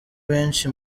benshi